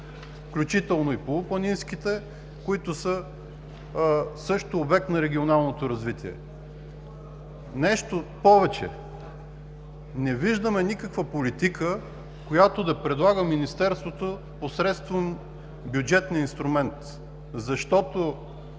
включително и полупланинските, които също са обект на регионалното развитие. Нещо повече, не виждаме никаква политика, която да предлага Министерството посредством бюджетния инструмент. Защото